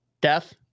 death